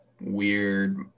weird